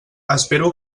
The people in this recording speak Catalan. espero